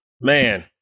man